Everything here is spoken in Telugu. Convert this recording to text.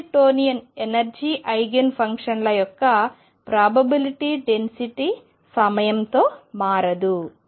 హామిల్టోనియన్ ఎనర్జీ ఐగెన్ ఫంక్షన్ల యొక్క సంభావ్యత సాంద్రత ప్రాబబిలిటీ డెన్సిటీ సమయంతో మారదు